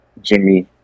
Jimmy